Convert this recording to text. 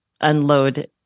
unload